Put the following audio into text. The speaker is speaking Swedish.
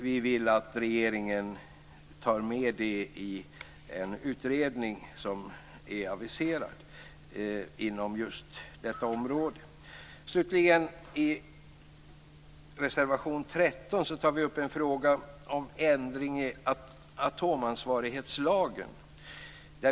Vi vill att regeringen tar med det i en utredning som är aviserad inom det området. I reservation 13 tar vi upp en fråga om en ändring i atomansvarighetslagen.